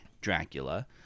Dracula